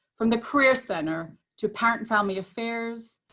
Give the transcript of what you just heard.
from the career center, to parent and family affairs,